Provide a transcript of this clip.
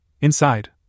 Inside